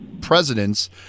presidents